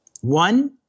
One